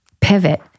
pivot